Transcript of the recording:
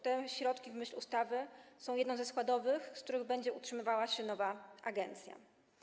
Te środki w myśl ustawy są jedną ze składowych, z których będzie utrzymywała się nowa agencja.